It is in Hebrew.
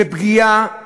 זה פגיעה בדימוים,